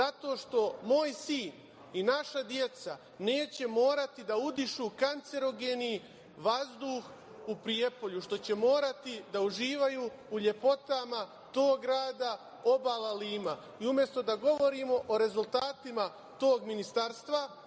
zato što moj sin i naša deca neće morati da udišu kancerogeni vazduh u Prijepolju, već će morati da uživaju u lepotama tog grada, obala Lima. Umesto da govorimo o rezultatima tog ministarstva,